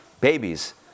babies